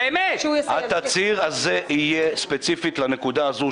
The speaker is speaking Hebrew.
התצהיר יהיה ספציפית לנקודה הזו,